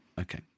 Okay